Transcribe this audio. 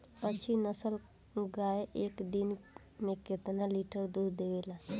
अच्छी नस्ल क गाय एक दिन में केतना लीटर दूध देवे ला?